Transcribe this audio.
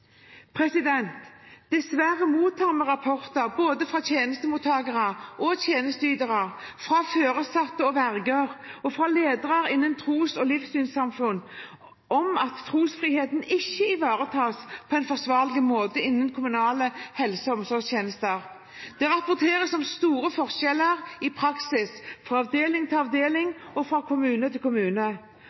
Dessverre mottar vi rapporter fra både tjenestemottakere og tjenesteytere, foresatte og verger og ledere innen tros- og livssynsamfunn om at trosfriheten ikke ivaretas på en forsvarlig måte innen kommunale helse- og omsorgstjenester. Det rapporteres om store forskjeller i praksis, fra avdeling til avdeling og fra kommune til kommune.